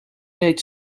reed